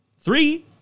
Three